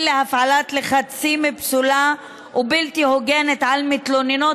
להפעלת לחצים פסולה ובלתי הוגנת על מתלוננות,